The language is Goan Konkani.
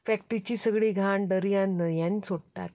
फॅक्ट्रिची सगळी घाण दर्यांत न्हंयेंत सोडटात